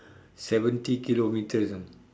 seventy kilometres ah